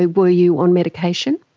were you on medication?